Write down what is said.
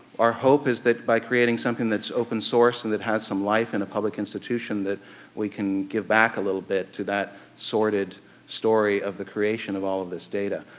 our hope is that by creating something that's open source and that has some life in a public institution that we can give back a little bit to that sorted story of the creation of all of this data.